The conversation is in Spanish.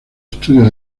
estudios